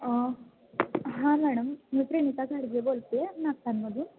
हां मॅडम मी प्रेमिता घाडगे बोलते आहे मधून